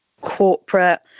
corporate